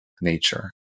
nature